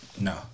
No